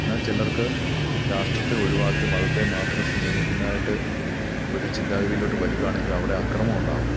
എന്നാൽ ചിലർക്ക് രാഷ്ട്രത്തെ ഒഴിവാക്കി മതത്തെ മാത്രം സ്നേഹിക്കുന്നതായിട്ട് ഒരു ചിന്താഗതിയിലോട്ട് വരികയാണെങ്കിൽ അവിടെ അക്രമം ഉണ്ടാവും